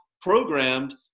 programmed